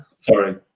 Sorry